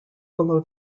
below